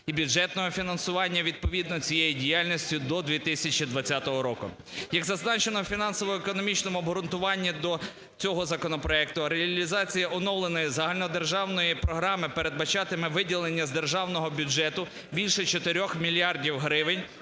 і бюджетного фінансування відповідно цієї діяльності до 2020 року. Як зазначено у фінансово-економічному обґрунтуванні до цього законопроекту, реалізація оновленої Загальнодержавної програми передбачатиме виділення з державного бюджету більше 4 мільярдів гривень